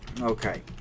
Okay